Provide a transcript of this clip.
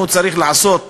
אם הוא צריך לעשות מפגש,